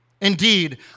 Indeed